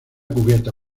cubierta